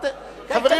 חברים,